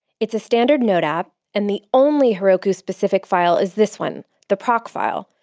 it's a standard node app, and the only heroku-specific file is this one, the procfile,